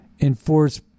enforce